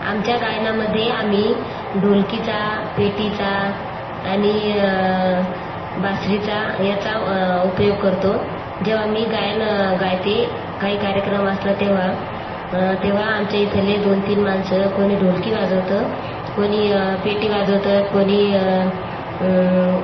आमच्या गायनामध्ये आम्ही ढोलकीचा पेटीचा आणि बासरीचा याचा उपयोग करतो जेव्हा मी गायन गायते काही कार्यक्रम असला तेव्हा तेव्हा आमच्या इथले दोन तीन माणसं कोणी ढोलकी वाजवतं कोणी पेटी वाजवतं कोणी